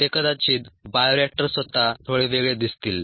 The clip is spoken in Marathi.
ते कदाचित बायोरिएक्टर स्वतः थोडे वेगळे दिसतील